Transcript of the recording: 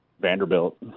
Vanderbilt